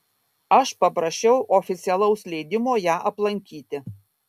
aš paprašiau oficialaus leidimo ją aplankyti